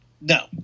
No